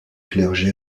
clergé